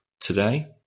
today